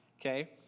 okay